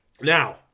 Now